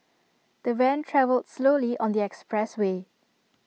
the van travelled slowly on the expressway